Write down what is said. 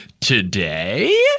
today